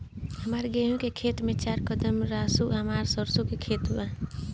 हमार गेहू के खेत से चार कदम रासु हमार सरसों के खेत बा